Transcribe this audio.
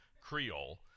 Creole